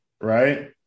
right